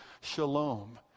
Shalom